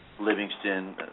Livingston